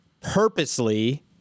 purposely